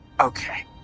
Okay